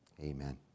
Amen